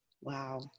Wow